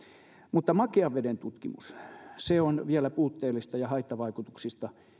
mutta makean veden tutkimus se on vielä puutteellista ja haittavaikutuksista